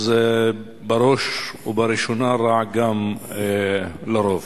אז בראש ובראשונה רע גם לרוב.